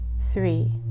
three